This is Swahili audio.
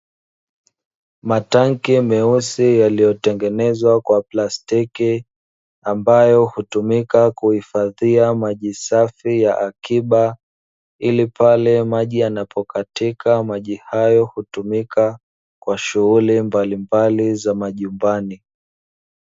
Matanki meusi yaliyotengenezwa kwa plastiki ambayo hutumika kuhifadhia maji safi ya akiba, ili pale maji yanapokatika maji hayo hutumika kwa shughuli mbalimbali za majumbani.